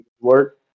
work